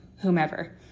whomever